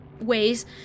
Ways